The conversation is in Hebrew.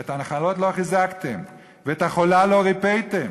"את הנחלות לא חזקתם ואת החולה לא רפאתם